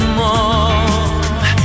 more